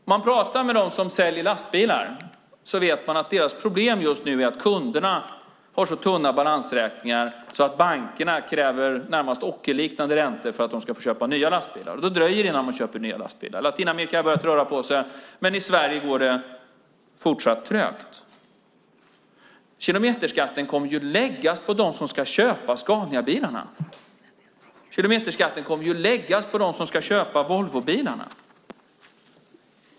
Om man pratar med dem som säljer lastbilar vet man att deras problem just nu är att kunderna har så tunna balansräkningar att bankerna kräver närmast ockerliknande räntor för att de ska få köpa nya lastbilar. Då dröjer det innan de köper nya lastbilar. I Latinamerika har det börjat röra på sig, men i Sverige går det fortsatt trögt. Kilometerskatten kommer att läggas på dem som ska köpa Scaniabilarna. Kilometerskatten kommer att läggas på dem som ska köpa Volvobilarna.